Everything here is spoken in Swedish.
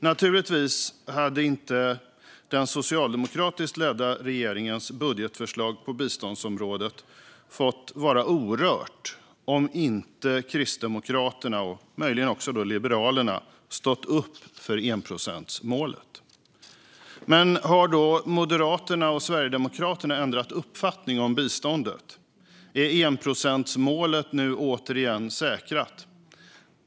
Naturligtvis hade inte den socialdemokratiskt ledda regeringens budgetförslag på biståndsområdet fått vara orört om inte Kristdemokraterna och möjligen också Liberalerna stått upp för enprocentsmålet. Men har då Moderaterna och Sverigedemokraterna ändrat uppfattning om biståndet? Är enprocentsmålet nu återigen säkrat?